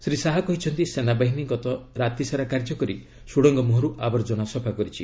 ଶ୍ରୀ ଶାହା କହିଛନ୍ତି ସେନାବାହିନୀ ଗତ ରାତି ସାରା କାର୍ଯ୍ୟକରି ସୁଡ଼ଙ୍ଗ ମୁହଁରୁ ଆବର୍ଜନା ସଫା କରିଛି